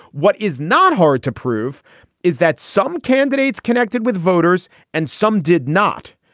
what is not hard to prove is that some candidates connected with voters and some did not.